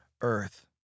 earth